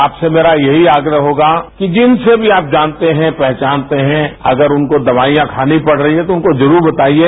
आपसे भी मुझे ये आप्रह होगा कि जिनसे भी आप जानते हैं पहचानते हैं अगर उनको दवाईयां खानी पड रही है तो उनको जरूर बताईये